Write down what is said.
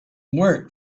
work